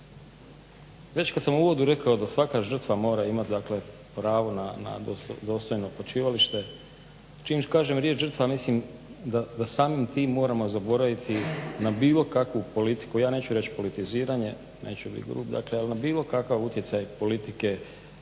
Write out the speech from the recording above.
Već kad sam u uvodu rekao da svaka žrtva mora imati, dakle pravo na dostojno počivalište čim kažem riječ žrtva mislim da samim tim moramo zaboraviti na bilo kakvu politiku. Ja neću reć' politiziranje, neću bit grub dakle ali na bilo kakav utjecaj politike